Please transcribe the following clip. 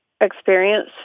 experience